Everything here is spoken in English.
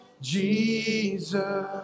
Jesus